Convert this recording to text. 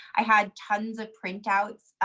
i had tons of printouts.